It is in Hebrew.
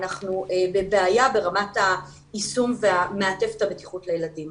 אנחנו בבעיה ברמת היישום ומעטפת הבטיחות לילדים.